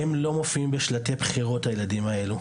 הם לא מופיעים בשלטי בחירות הילדים האלו.